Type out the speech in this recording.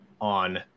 on